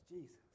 Jesus